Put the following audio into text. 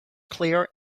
clear